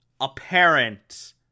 apparent